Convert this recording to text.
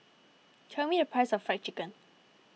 tell me the price of Fried Chicken